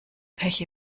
pech